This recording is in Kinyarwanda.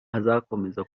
hazakomeza